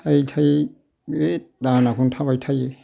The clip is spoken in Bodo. थायै थायै बे दाहोनाखौनो थाबाय थायो